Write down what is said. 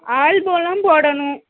ஆல்பமெலாம் போடணும்